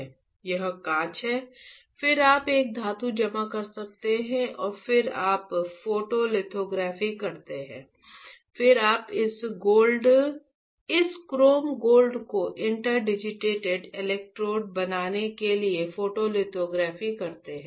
यह कांच है फिर आप एक धातु जमा करते हैं और फिर आप फोटोलिथोग्राफी करते हैं फिर आप इस क्रोम गोल्ड को इंटरडिजिटेटेड इलेक्ट्रोड बनाने के लिए फोटोलिथोग्राफी करते हैं